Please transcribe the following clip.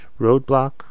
Roadblock